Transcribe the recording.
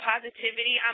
positivity